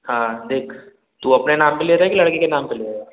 हाँ देख तू अपने नाम पे ले रहा है कि लड़के के नाम पे ले रहा है